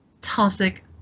toxic